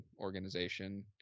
organization